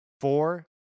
Four